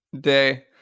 day